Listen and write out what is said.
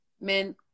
men